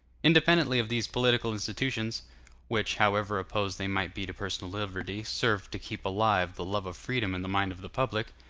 independently of these political institutions which, however opposed they might be to personal liberty, served to keep alive the love of freedom in the mind of the public,